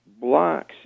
blocks